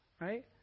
right